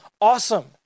awesome